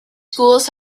schools